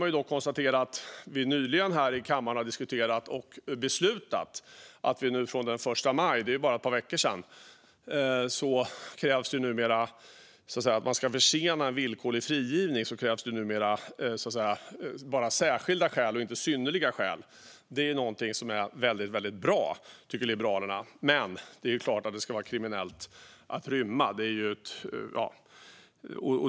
Man kan konstatera att vi nyligen här i kammaren har diskuterat och beslutat att det från den 1 maj - det är bara ett par veckor sedan - enbart krävs särskilda skäl, inte synnerliga skäl, för att en villkorlig frigivning ska försenas. Det tycker Liberalerna är väldigt bra. Det är klart att det ska vara kriminellt att rymma.